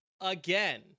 again